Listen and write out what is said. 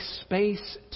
space